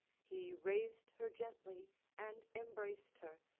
he raised her gently and embraced her,